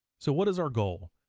so what is our goal?